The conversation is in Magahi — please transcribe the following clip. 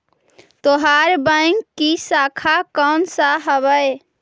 तोहार बैंक की शाखा कौन सा हवअ